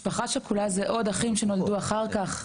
משפחה שכולה זה עוד אחים שנולדו אחר כך.